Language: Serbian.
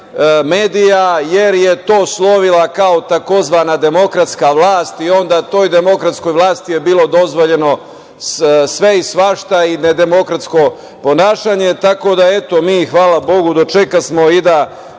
medija, jer je to slovila tzv. demokratska vlast. Onda, toj demokratskoj vlasti je bilo dozvoljeno sve i svašta i nedemokratsko ponašanje. Tako da, eto, mi, hvala Bogu, dočekasmo i da